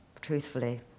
truthfully